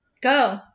Go